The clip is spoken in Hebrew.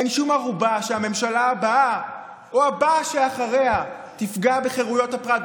אין שום ערובה שהממשלה הבאה או הבאה שאחריה לא תפגע בחירויות הפרט,